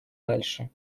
дальше